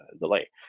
delay